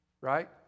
right